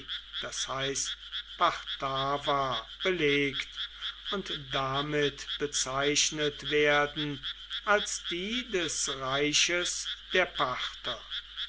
das heißt parthava belegt und damit bezeichnet werden als die des reiches der parther